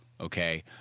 okay